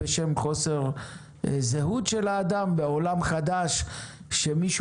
בשם חוסר זהות של האדם בעולם חדש כשמישהו